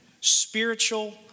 spiritual